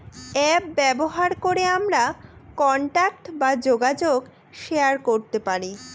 app ব্যবহার করে আমরা কন্টাক্ট বা যোগাযোগ শেয়ার করতে পারি